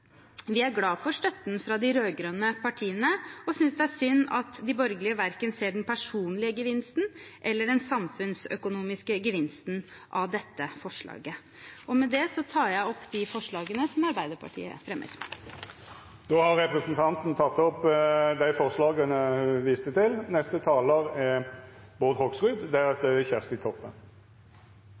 Vi er glade for støtten fra de rød-grønne partiene og synes det er synd at de borgerlige verken ser den personlige gevinsten eller den samfunnsøkonomiske gevinsten av dette forslaget. Med det tar jeg opp de forslagene som Arbeiderpartiet fremmer. Representanten Tuva Moflag har teke opp dei forslaga ho refererte til. Arbeiderpartiet sa de var glade for å ta opp saken i dag. Jeg er